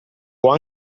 può